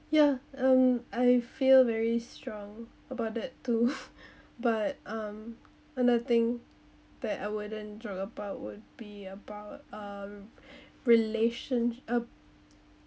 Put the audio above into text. ya um I feel very strong about that too but um another thing that I wouldn't joke about would be about um relations~ uh